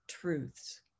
truths